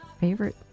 favorite